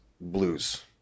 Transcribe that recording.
blues